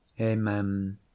Amen